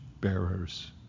bearers